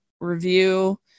review